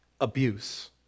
abuse